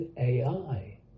AI